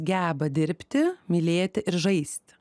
geba dirbti mylėti ir žaisti